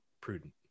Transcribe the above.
prudent